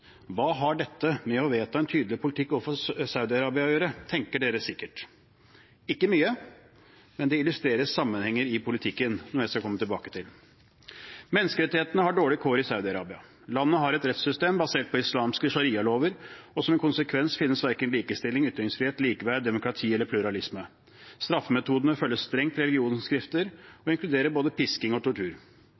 Hva har dette med å vedta en tydelig politikk overfor Saudi-Arabia å gjøre, tenker man sikkert. Ikke mye, men det illustrerer sammenhenger i politikken – noe jeg skal komme tilbake til. Menneskerettighetene har dårlige kår i Saudi-Arabia. Landet har et rettssystem basert på islamske sharialover, og som en konsekvens finnes det verken likestilling, ytringsfrihet, likeverd, demokrati eller pluralisme. Straffemetodene følger strengt religionens skrifter og inkluderer både pisking og tortur.